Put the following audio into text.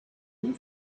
maría